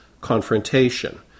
confrontation